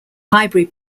highbury